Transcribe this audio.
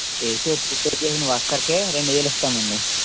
చేసేయచ్చు రిపేర్ చేసిన వర్కర్కె రెండు వేలు ఇస్తామండి